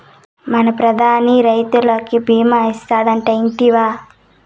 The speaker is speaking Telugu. మన ప్రధాని రైతులకి భీమా చేస్తాడటా, ఇంటివా